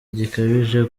gikabije